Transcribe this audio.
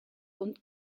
und